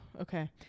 okay